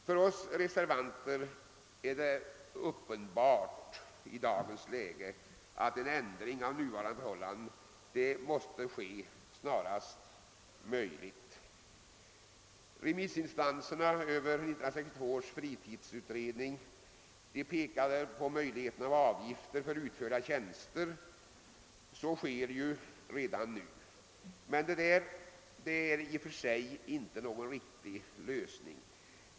För oss tre reservanter är det i dagens läge uppenbart att en ändring av nuvarande förhållanden måste ske snarast möjligt. Remissinstanserna för 1962 års fritidsutredning pekade på möjligheterna att ta ut avgifter för utförda tjänster. Sådana avgifter utgår redan nu, men detta är i och för sig inte någon riktig lösning.